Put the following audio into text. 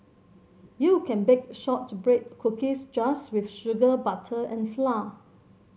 you can bake shortbread cookies just with sugar butter and flour